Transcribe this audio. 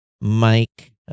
mike